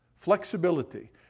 Flexibility